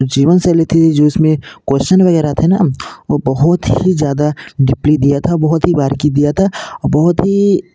जीवन शैली थी जो इसमें क्वेश्न वगैरह थे ना वह बहुत ही ज़्यादा डिपली दिया था बहुत ही बारीकी दिया था और बहुत ही